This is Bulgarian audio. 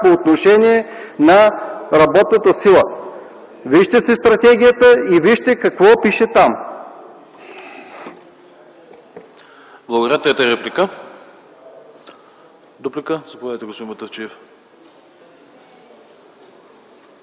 по отношение на работната сила. Вижте си стратегията и вижте какво пише там.